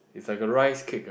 is like a rice cake ah